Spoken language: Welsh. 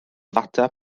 ddata